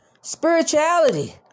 spirituality